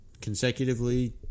consecutively